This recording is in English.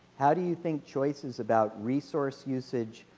how do you think choices about resource usage,